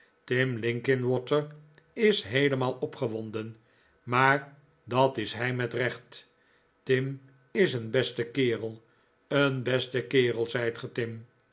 tim linkinwater is heelemaal opgewonden maar dat is hij met recht tim is een beste kerel een beste kerel zijt ge tim